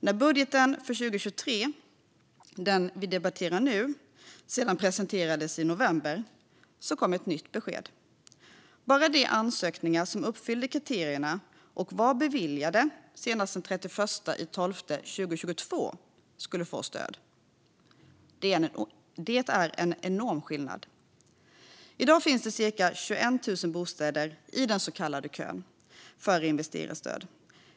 När budgeten för 2023, som vi debatterar nu, presenterades i november kom ett nytt besked: Bara de ansökningar som uppfyllde kriterierna och var beviljade senast den 31 december 2022 skulle få stöd. Det är en enorm skillnad. I dag finns det cirka 21 000 bostäder i den så kallade kön för investeringsstöd.